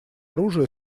оружия